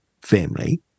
family